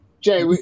Jay